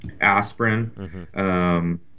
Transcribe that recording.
aspirin